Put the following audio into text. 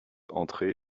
entré